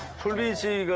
crazy.